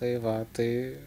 tai va tai